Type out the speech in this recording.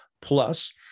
plus